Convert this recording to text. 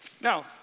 Now